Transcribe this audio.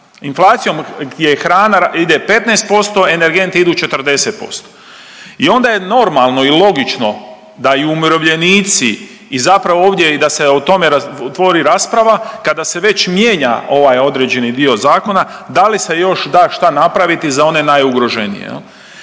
hrana ide 15%, energenti idu 40%. I onda je normalno i logično da i umirovljenici i zapravo ovdje da se o tome otvori rasprava, kada se već mijenja ovaj određeni dio Zakona, da li se još da šta napraviti za one najugroženije,